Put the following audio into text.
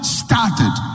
started